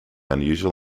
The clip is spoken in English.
unusual